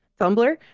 Tumblr